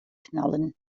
knallen